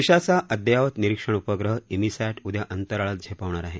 देशाचा अद्ययावत निरीक्षण उपग्रह इमीसॅट उद्या अंतराळात झेपावणार आहे